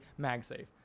MagSafe